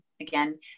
again